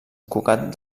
cugat